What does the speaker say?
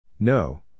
No